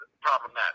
problematic